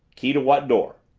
key to what door?